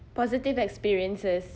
positive experiences